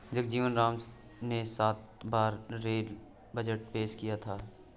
जगजीवन राम ने सात बार रेल बजट पेश किया था